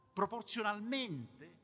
proporzionalmente